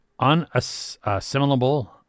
Unassimilable